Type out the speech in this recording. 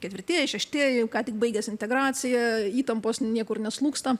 ketvirtieji šeštieji ką tik baigėsi integracija įtampos niekur neslūgsta